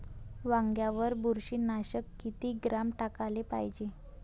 वांग्यावर बुरशी नाशक किती ग्राम टाकाले पायजे?